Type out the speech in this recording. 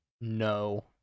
no